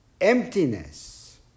emptiness